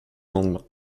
lendemain